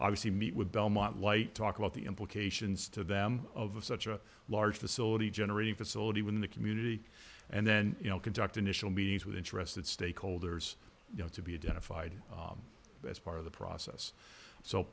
obviously meet with belmont light talk about the implications to them of such a large facility generating facility within the community and then you know conduct initial meetings with interested stakeholders you know to be identified as part of the process so